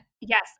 Yes